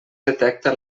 detecta